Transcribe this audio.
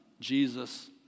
Jesus